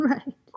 Right